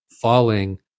falling